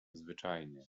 zwyczajnie